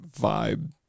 vibe